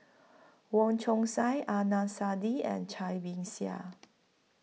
Wong Chong Sai Adnan Saidi and Cai Bixia